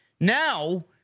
Now